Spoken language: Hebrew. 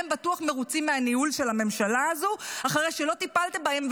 הם בטוח מרוצים מהניהול של הממשלה הזו אחרי שלא טיפלתם בהם,